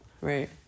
Right